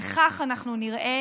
וכך אנחנו נראה